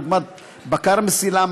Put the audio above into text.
דוגמת בקר מסילה,